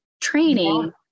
training